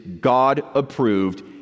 God-approved